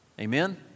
Amen